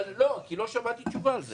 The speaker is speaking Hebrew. לא שמעתי תשובה על זה.